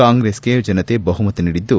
ಕಾಂಗ್ರೆಸ್ಗೆ ಜನತೆ ಬಹುಮತ ನೀಡಿದ್ದು